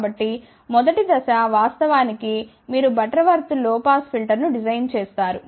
కాబట్టి మొదటి దశ వాస్తవానికి మీరు బటర్వర్త్ లో పాస్ ఫిల్టర్ను డిజైన్ చేస్తారు